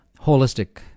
holistic